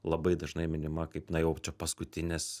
labai dažnai minima kaip nu jau čia paskutinis